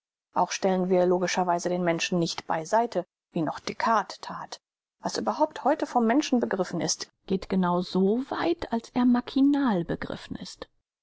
auch stellen wir logischer weise den menschen nicht bei seite wie noch descartes that was überhaupt heute vom menschen begriffen ist geht genau so weit als er machinal begriffen ist